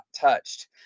touched